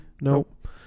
Nope